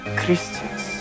christians